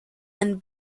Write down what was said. and